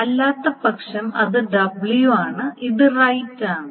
അല്ലാത്തപക്ഷം അത് W ആണ് ഇത് റൈററ് ആണ്